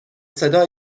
صدا